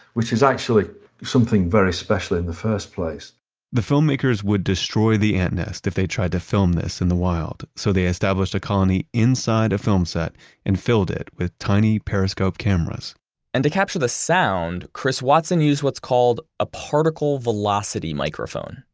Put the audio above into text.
which is actually something very special in the first place the filmmakers would destroy the ant nest if they tried to film this in the wild, so they established a colony inside a film set and filled it with tiny periscope cameras and to capture the sound, chris watson used what's called a particle velocity microphone,